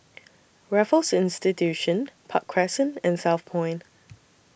Raffles Institution Park Crescent and Southpoint